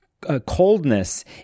coldness